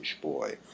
boy